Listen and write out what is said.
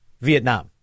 Vietnam